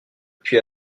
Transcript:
puis